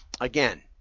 Again